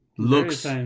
Looks